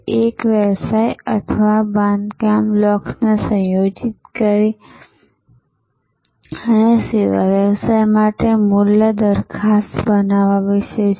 એક તે વ્યવસાય અથવા તે બાંધકામ બ્લોક્સને સંયોજિત કરીને સેવા વ્યવસાય માટે મૂલ્ય દરખાસ્ત બનાવવા વિશે છે